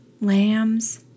lambs